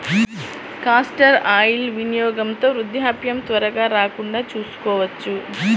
castor oil వినియోగంతో వృద్ధాప్యం త్వరగా రాకుండా చూసుకోవచ్చు